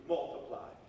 Multiply